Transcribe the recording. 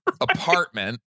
apartment